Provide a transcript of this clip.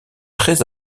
très